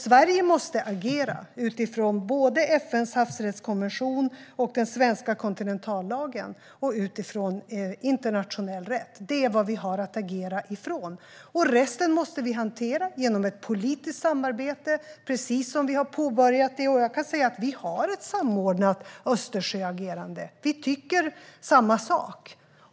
Sverige måste agera utifrån både FN:s havsrättskonvention och den svenska kontinentallagen och utifrån internationell rätt. Det är vad vi har att agera utifrån. Resten måste vi hantera genom ett politiskt samarbete, precis som vi har påbörjat. Vi har ett samordnat Östersjöagerande. Vi tycker samma sak.